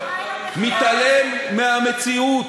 מתעלם מהמציאות.